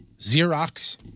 Xerox